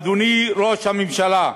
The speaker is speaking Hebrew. אדוני ראש הממשלה,